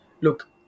Look